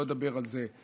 אני לא אדבר על זה,